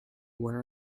wear